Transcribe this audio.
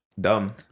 dumb